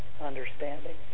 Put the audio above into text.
understanding